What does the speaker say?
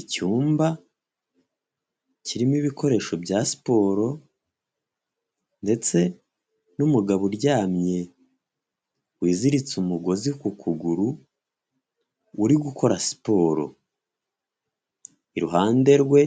Icyumba kirimo ibikoresho bya siporo ndetse n'umugabo uryamye wiziritse umugozi ku kuguru uri gukora siporo, iruhande rwe